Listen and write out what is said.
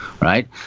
right